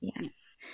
yes